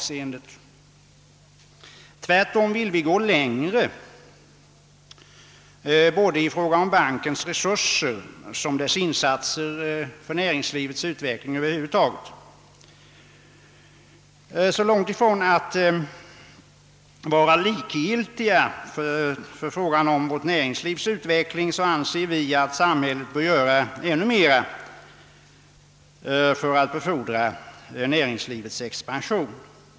Vi vill tvärtom gå längre än regeringen både i fråga om bankens resurser och över huvud taget när det gäller dess insatser för näringslivets utveckling. Vi är långt ifrån likgiltiga för frågan om näringslivets utveckling och vi anser alltså att samhället bör göra ännu mer för att befordra näringslivets expansion.